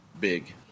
big